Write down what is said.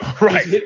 right